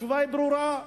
התשובה ברורה: